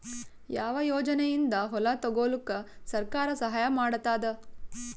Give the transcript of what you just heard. ಯಾವ ಯೋಜನೆಯಿಂದ ಹೊಲ ತೊಗೊಲುಕ ಸರ್ಕಾರ ಸಹಾಯ ಮಾಡತಾದ?